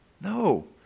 No